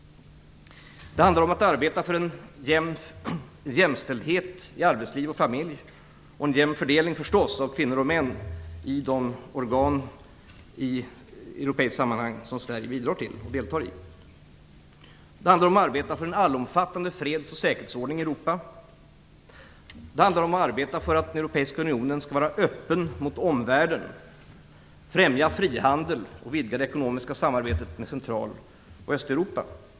Det handlar om att arbeta för jämställdhet i arbetsliv och familj samt en jämn fördelning av kvinnor och män i de organ som Sverige bidrar till och deltar i i det europeiska sammanhanget. Det handlar om att arbeta för en allomfattande freds och säkerhetsordning i Europa. Det handlar om arbeta för att den europeiska unionen skall vara öppen mot omvärlden, främja frihandel och vidga det ekonomiska samarbetet med Central och Östeuropa.